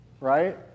right